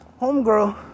homegirl